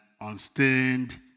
unstained